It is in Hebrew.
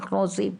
אנחנו עושים.